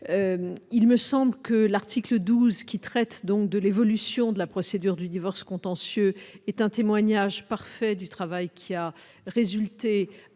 Il me semble que l'article 12, qui traite de l'évolution de la procédure du divorce contentieux, est le témoignage parfait d'un travail fait d'écoute